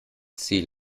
zieh